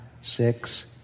six